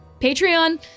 Patreon